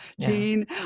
teen